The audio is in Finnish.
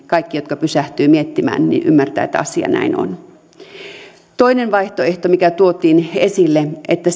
kaikki jotka pysähtyvät tätä miettimään ymmärtävät että asia näin on toinen vaihtoehto mikä tuotiin esille on se että